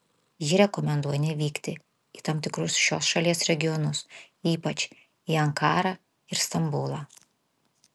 ji rekomenduoja nevykti į tam tikrus šios šalies regionus ypač į ankarą ir stambulą